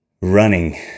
running